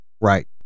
Right